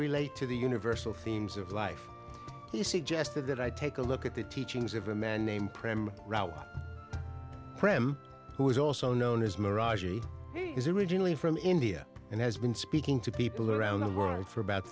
relate to the universal themes of life he suggested that i take a look at the teachings of a man named prem prem who is also known as mirage he is originally from india and has been speaking to people around the world for about